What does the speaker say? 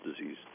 disease